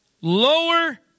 Lower